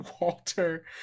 Walter